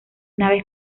naves